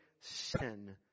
sin